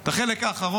את החלק האחרון